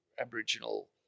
Aboriginal